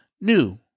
new